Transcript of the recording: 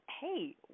hey